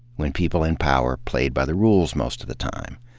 when people in power played by the rules most of the time.